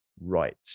right